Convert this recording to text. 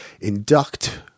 induct